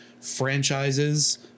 franchises